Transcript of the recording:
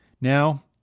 Now